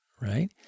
right